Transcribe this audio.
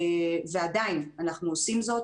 ועדיין אנחנו עושים זאת,